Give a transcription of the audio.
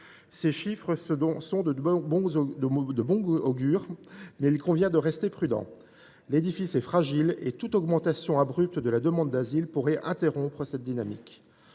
Ces chiffres sont de bon augure, mais il convient de rester prudent. L’édifice est fragile, et toute augmentation abrupte de la demande d’asile pourrait interrompre la dynamique.